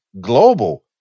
global